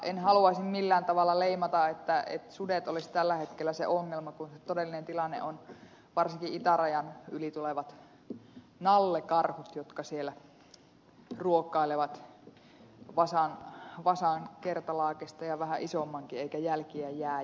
en haluaisi millään tavalla leimata että sudet olisivat tällä hetkellä se ongelma kun todellinen tilanne on varsinkin itärajan yli tulevat nallekarhut jotka siellä ruokailevat vasan kertalaakista ja vähän isommankin eikä jälkiä jää